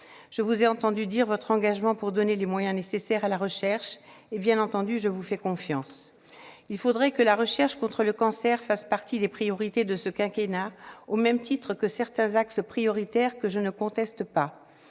Je vous ai entendue vous engager à donner les moyens nécessaires à la recherche. Bien entendu, je vous fais confiance. Il faudrait que la recherche contre le cancer fasse partie des priorités de ce quinquennat, au même titre que certains axes prioritaires, que je ne conteste pas.